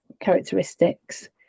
characteristics